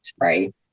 right